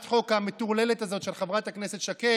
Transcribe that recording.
החוק המטורללת הזאת של חברת הכנסת שקד.